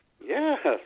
Yes